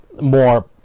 more